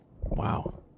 wow